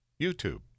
YouTube